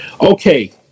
Okay